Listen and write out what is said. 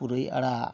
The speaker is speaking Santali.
ᱯᱩᱨᱟᱹᱭ ᱟᱲᱟᱜ